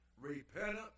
Repentance